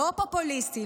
לא פופוליסטי.